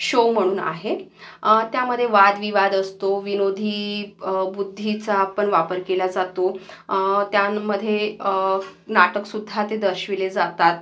show म्हणून आहे त्यामध्ये वादविवाद असतो विनोदी बुद्धीचापण वापर केला जातो त्यामध्ये नाटकसुद्धा ते दर्शविले जातात